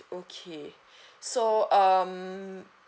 okay so um